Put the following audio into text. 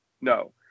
No